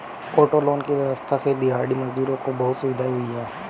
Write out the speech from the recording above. auto loan की व्यवस्था से दिहाड़ी मजदूरों को बहुत सुविधा हुई है